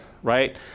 Right